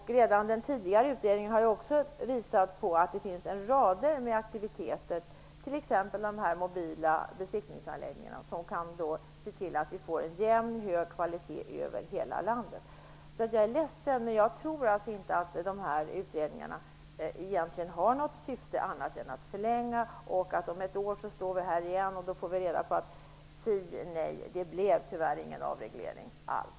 Redan den tidigare utredningen visade att det finns en rad aktiviteter, t.ex. mobila besiktningsanläggningar, som gör att vi kan få en jämn och hög kvalitet över hela landet. Jag är ledsen, men jag måste säga att jag inte tror att dessa utredningar egentligen har annat syfte än att förlänga det hela. Om ett år står vi här igen och får höra: Nej, det blev tyvärr ingen avreglering alls.